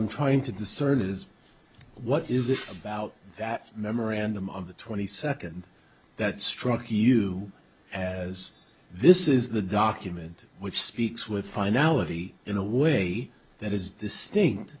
i'm trying to discern is what is it about that memorandum of the twenty second that struck you as this is the document which speaks with finality in a way that is